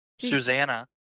Susanna